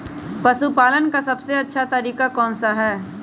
पशु पालन का सबसे अच्छा तरीका कौन सा हैँ?